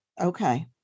Okay